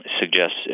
suggests